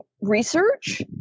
research